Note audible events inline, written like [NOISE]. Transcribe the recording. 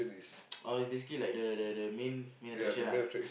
[NOISE] oh it's basically like the the the main main attraction ah